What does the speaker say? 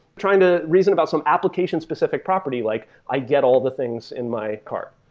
trying to reason about some application-specific property like i get all the things in my cart.